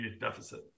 deficit